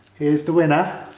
here's the winner.